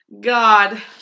God